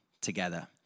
together